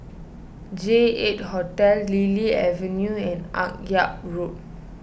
J eight Hotel Lily Avenue and Akyab Road